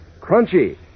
crunchy